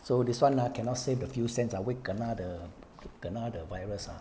so this [one] ah cannot save the few cents ah wait kena the kena the virus ah